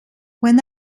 when